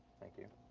thank you.